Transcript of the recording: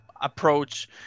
approach